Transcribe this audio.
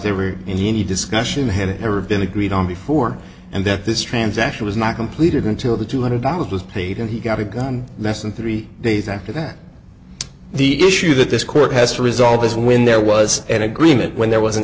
they were in any discussion had ever been agreed on before and that this transaction was not completed until the two hundred dollars was paid and he got a gun less than three days after that the issue that this court has to resolve is when there was an agreement when there was an